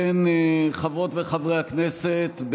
חברות וחברי הכנסת,